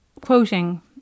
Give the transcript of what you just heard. quoting